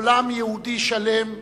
עולם יהודי שלם נכחד.